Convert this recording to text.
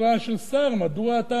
מדוע אתה מזמין אותה?